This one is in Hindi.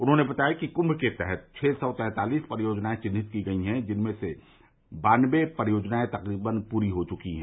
उन्होंने बताया कि कुम के तहत छह सौ तैंतालीस परियोजनाए चिन्हित की गई हैं जिनमें से बानबे परियोजनाए तकरीबन पूरी हो चुकी हैं